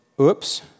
oops